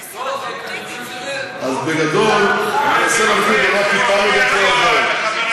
באמת, אז בגדול, אני מנסה להסביר, חבר הכנסת קיש.